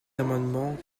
amendements